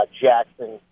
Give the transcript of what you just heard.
Jackson